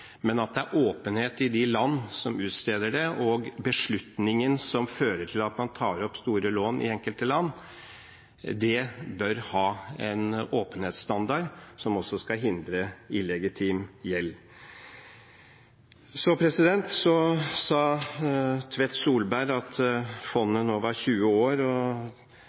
Men det må være åpenhet i de land som utsteder det, og beslutningen som fører til at man tar opp store lån i enkelte land, bør ha en åpenhetsstandard som også skal hindre illegitim gjeld. Tvedt Solberg sa at fondet nå var 20 år, og